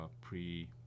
pre